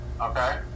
Okay